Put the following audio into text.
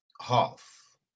half